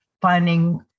finding